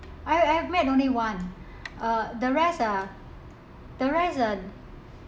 I I have met only one uh the rest are the rest are